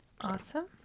awesome